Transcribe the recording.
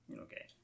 Okay